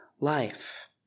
life